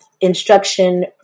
instruction